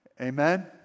Amen